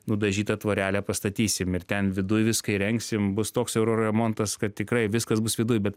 nudažytą tvorelę pastatysim ir ten viduj viską įrengsim bus toks euro remontas kad tikrai viskas bus viduj bet